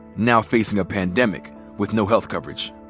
now facing a pandemic with no health coverage.